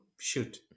Shoot